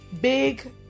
big